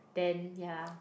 then ya